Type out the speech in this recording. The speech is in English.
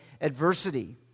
adversity